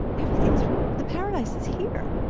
everything's the paradise is here.